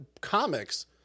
comics